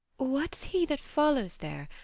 what's he that follows there,